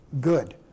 good